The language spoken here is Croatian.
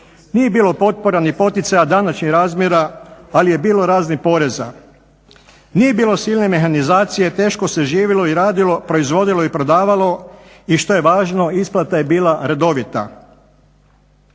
Nije bilo potpora ni poticaja današnjih razmjera, ali je bilo raznih poreza. Nije bilo silne mehanizacije, teško se živjelo i radilo, proizvodili i prodavalo i što je važno isplata je bila redovita.